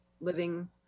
living